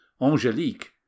Angelique